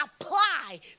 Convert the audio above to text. apply